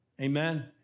Amen